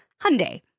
Hyundai